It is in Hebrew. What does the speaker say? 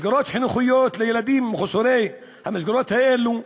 מסגרות חינוכית לילדים מחוסרי המסגרות האלו.